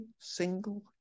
single